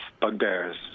bugbears